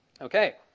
Okay